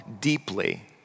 deeply